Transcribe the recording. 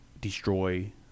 destroy